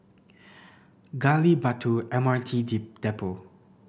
Gali Batu M R T T Depot